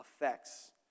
effects